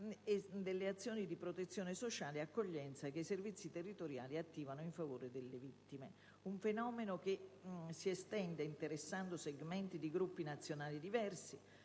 delle azioni di protezione sociale e di accoglienza che i servizi territoriali attivano in favore delle vittime; un fenomeno che si estende, interessando segmenti di gruppi nazionali diversi,